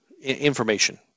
information